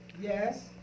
Yes